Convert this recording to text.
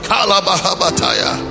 Kalabahabataya